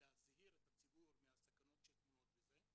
להזהיר את הציבור מהסכנות שטמונות בזה,